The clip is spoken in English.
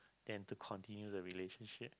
than to continue the relationship